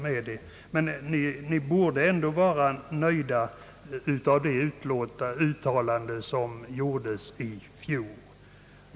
Jag tycker nog att de borde vara nöjda med det uttalande som gjordes i fjol.